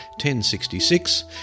1066